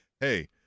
hey